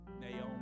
Naomi